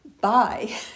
bye